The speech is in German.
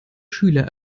schüler